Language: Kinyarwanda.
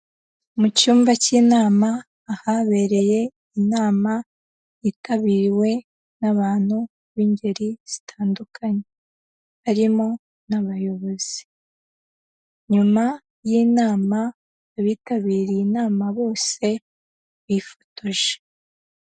Mu cyumba k'inama, ahabereye inama yitabiriwe n'abantu b'ingeri zitandukanye, barimo n'abayobozi, nyuma y'inama abitabiriye inama bose bifotoje.